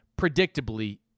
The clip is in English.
predictably